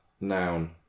Noun